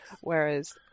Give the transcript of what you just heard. Whereas